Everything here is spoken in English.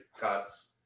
cuts